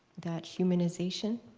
that humanization.